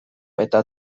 eta